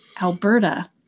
alberta